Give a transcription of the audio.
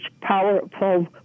powerful